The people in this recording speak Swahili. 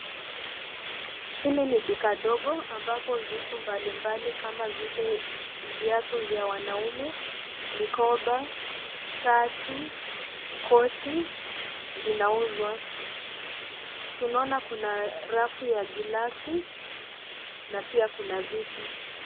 Hili ni duka dogo ambapo vitu mbalimbali kama vile viatu vya wanaume, mikoba, shati, koti vinauzwa. Tunaona kuna rafu ya gilasi na pia kuna viti.